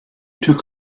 took